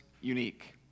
unique